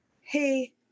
hey